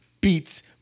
beats